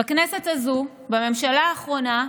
בכנסת הזו, בממשלה האחרונה,